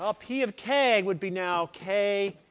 ah p of k would be now k,